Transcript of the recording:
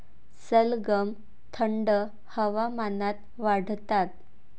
सलगम थंड हवामानात वाढतात